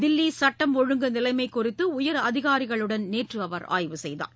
தில்லி சுட்டம் ஒழுங்கு நிலைமை குறித்து உயர் அதிகாரிகளுடன் நேற்று அவர் ஆய்வு செய்தார்